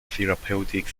therapeutic